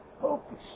focus